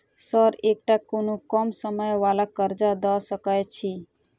Sir एकटा कोनो कम समय वला कर्जा दऽ सकै छी?